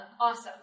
Awesome